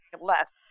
less